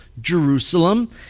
Jerusalem